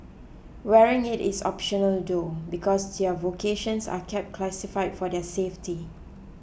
wearing it is optional though because their vocations are kept classified for their safety